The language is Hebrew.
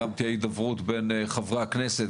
גם תהיה הידברות בין חברי הכנסת,